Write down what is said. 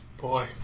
boy